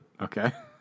Okay